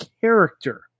character